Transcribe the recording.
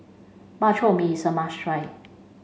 Bak Chor Mee is a must try